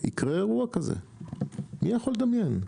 יקרה אירוע כזה - מי יכול לדמיין?